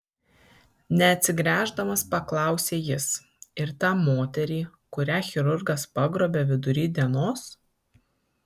neatsigręždamas paklausė jis ir tą moterį kurią chirurgas pagrobė vidury dienos